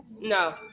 No